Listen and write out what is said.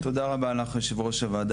תודה רבה לך יושב ראש הוועדה,